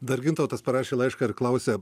dar gintautas parašė laišką ir klausia